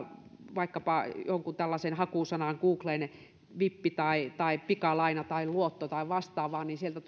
vaikkapa jonkun tällaisen hakusanan kuin vippi tai tai pikalaina tai luotto tai vastaavaa niin sieltä